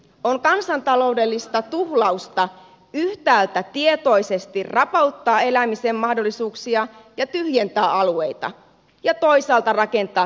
on kansantaloudellista tuhlausta yhtäältä tietoisesti rapauttaa elämisen mahdollisuuksia ja tyhjentää alueita ja toisaalta rakentaa tilalle uutta